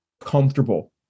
comfortable